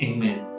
Amen